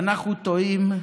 ואנחנו תוהים: